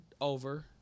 over